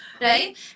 right